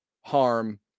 harm